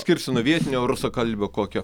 skirsi nuo vietinio rusakalbio kokio